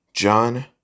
John